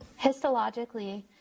Histologically